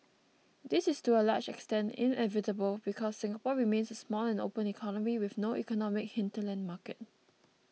this is to a large extent inevitable because Singapore remains a small and open economy with no economic hinterland market